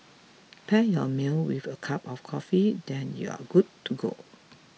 pair your meal with a cup of coffee then you're good to go